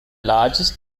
largest